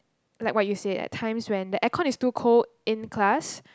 like what you said at times when the aircon is too cold in class